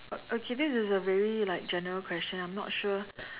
okay this is a very like general question I'm not sure